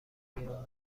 بیرون